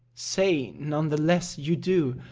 say, none the less, you do,